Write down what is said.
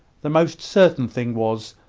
the most certain thing was,